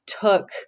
took